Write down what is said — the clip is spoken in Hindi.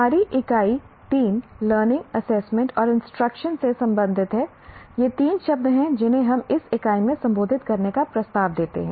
हमारी इकाई 3 लर्निंग असेसमेंट और इंस्ट्रक्शन से संबंधित है ये तीन शब्द हैं जिन्हें हम इस इकाई में संबोधित करने का प्रस्ताव देते हैं